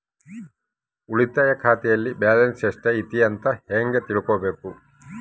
ಉಳಿತಾಯ ಖಾತೆಯಲ್ಲಿ ಬ್ಯಾಲೆನ್ಸ್ ಎಷ್ಟೈತಿ ಅಂತ ಹೆಂಗ ತಿಳ್ಕೊಬೇಕು?